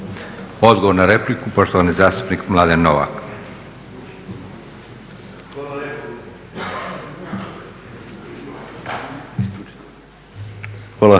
odgovor na repliku poštovani zastupnik Mladen Novak.